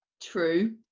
true